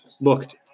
looked